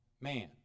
Man